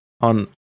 on